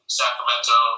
sacramento